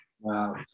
wow